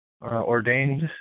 Ordained